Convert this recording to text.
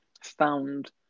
found